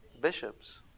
Bishops